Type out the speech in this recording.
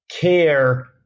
care